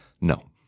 No